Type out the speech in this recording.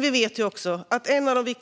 Vi vet dock att en av de